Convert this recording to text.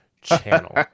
Channel